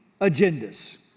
agendas